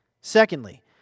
Secondly